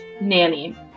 nanny